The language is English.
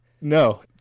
no